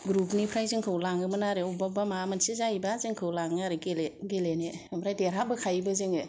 ग्रुपनिफ्राय जोंखौ लाङोमोन आरो अबावबा माबा मोनसे जाहैबा जोंखौ लाङो आरो गेलेनो ओमफ्राय देरहाबोखायोबो जोङो